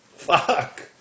fuck